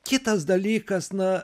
kitas dalykas na